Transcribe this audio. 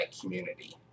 community